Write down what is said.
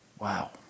Wow